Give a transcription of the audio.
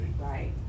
Right